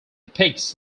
depicts